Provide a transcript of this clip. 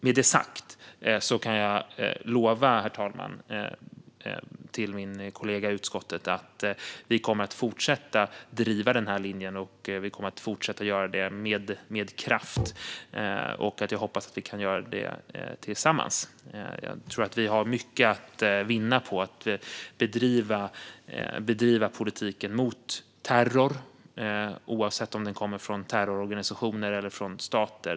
Med det sagt kan jag lova min kollega i utskottet att vi kommer att fortsätta att driva den här linjen, och vi kommer att fortsätta att göra det med kraft. Jag hoppas att vi kan göra det tillsammans, för jag tror att vi har mycket att vinna på att gemensamt bedriva politiken mot terror, oavsett om den kommer från terrororganisationer eller från stater.